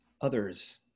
others